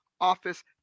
office